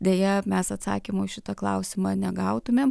deja mes atsakymų į šitą klausimą negautumėm